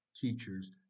teachers